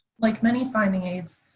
like many finding aids,